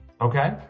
okay